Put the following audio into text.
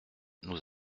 nous